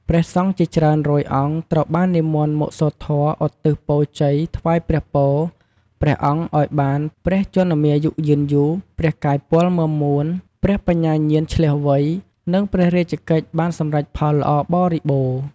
ព្រះសង្ឃជាច្រើនរយអង្គត្រូវបាននិមន្តមកសូត្រធម៌ឧទ្ទិសពរជ័យថ្វាយព្រះពរព្រះអង្គឲ្យបាន ព្រះជន្មាយុយឺនយូរ ព្រះកាយពលមាំមួន ព្រះបញ្ញាញាណឈ្លាសវៃ និងព្រះរាជកិច្ចបានសម្រេចផលល្អបរិបូរណ៍។